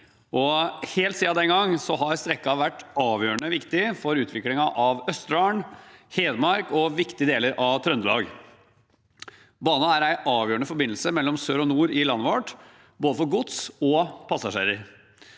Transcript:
helt siden den gangen har strekningen vært avgjørende viktig for utviklingen av Østerdalen, Hedmark og viktige deler av Trøndelag. Banen er en avgjørende forbindelse mellom sør og nord i landet vårt, både for gods og passasjerer.